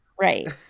Right